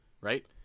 right